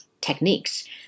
techniques